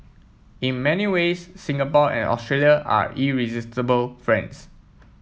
in many ways Singapore and Australia are irresistible friends